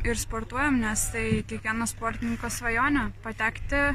ir sportuojam nes tai kiekvieno sportininko svajonė patekti